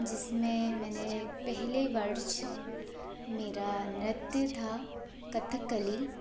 जिस में मैंने पहले वर्ष मेरा नृत्य था कथक्कली